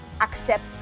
accept